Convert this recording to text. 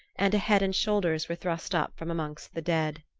and a head and shoulders were thrust up from amongst the dead.